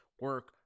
Work